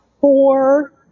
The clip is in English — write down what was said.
four